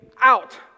out